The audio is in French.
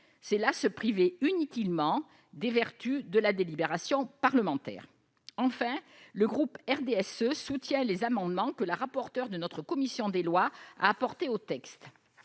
là se priver inutilement des vertus de la délibération parlementaire. Enfin, le groupe RDSE soutient les amendements que Mme la rapporteure de notre commission des lois a apportés au texte